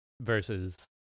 versus